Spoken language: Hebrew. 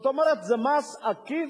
זאת אומרת, זה מס עקיף,